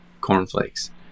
cornflakes